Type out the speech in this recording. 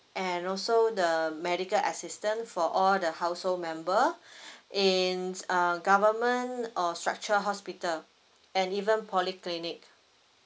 and also the medical assistant for all the household member ins uh government or structure hospital and even polyclinic